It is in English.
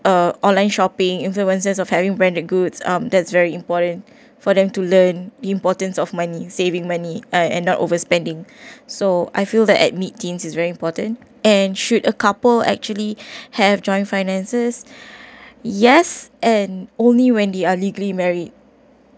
uh online shopping influences of having branded goods up that's very important for them to learn the importance of money saving money I end up overspending so I feel that at mid teens is very important and should a couple actually have join finances yes and only when they are legally married